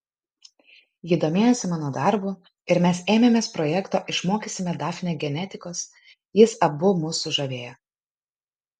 ji domėjosi mano darbu ir mes ėmėmės projekto išmokysime dafnę genetikos jis abu mus sužavėjo